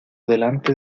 delante